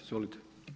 Izvolite.